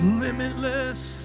limitless